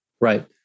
Right